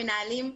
המנהלים,